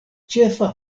ĉefa